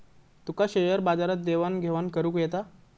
तुका share बाजारात देवाण घेवाण करुक येता?